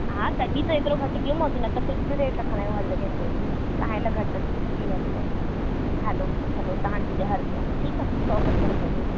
हा तॾहिं त हेतिरो घटि कयो न त फ़िक्स रेट रखंदा आहियूं हर जॻह ते तव्हां लाइ घटि वीह रुपया हलो चलो तव्हांजी ॾह रुपया ठीकु आहे सौ सतरि रुपया ॾियो